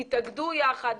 תתאגדו יחד.